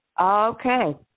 Okay